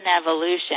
evolution